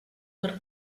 per